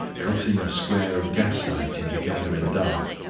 cutting a square of gaslight in the gathering dark,